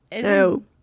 No